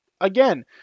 Again